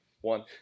One